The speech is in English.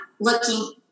looking